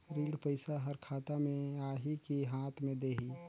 ऋण पइसा हर खाता मे आही की हाथ मे देही?